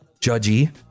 judgy